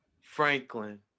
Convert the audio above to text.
Franklin